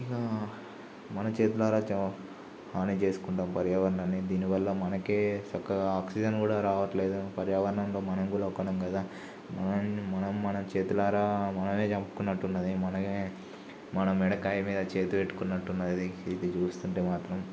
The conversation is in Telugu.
ఇక మన చేతులారా చా హాని చేసుకుంటాం పర్యావరణాన్ని దీనివల్ల మనకే చక్కగా ఆక్సిజన్ కూడా రావట్లేదు పర్యావరణంలో మనం కూడా ఒక కోణం కదా మనం మనం మన చేతులారా మనమే చంపుకున్నట్టున్నది మనమే మన మెడకాయ మీద చేతులెట్టుకున్నట్టు ఉన్నది ఇది చూస్తుంటే మాత్రం